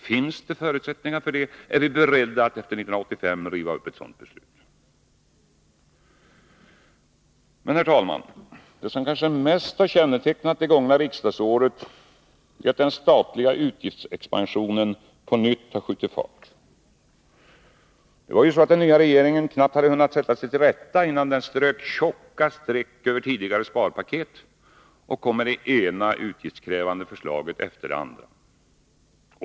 Finns det förutsättningar för det, är vi beredda att efter 1985 riva upp ett sådant beslut. Herr talman! Det som kanske mest har kännetecknat det gångna riksdagsåret är att den statliga utgiftsexpansionen på nytt har skjutit fart. Den nya regeringen hade knappt hunnit sätta sig till rätta, innan den strök tjocka streck över tidigare sparpaket och kom med det ena utgiftskrävande förslaget efter det andra.